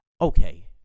okay